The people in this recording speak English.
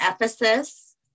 Ephesus